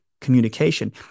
communication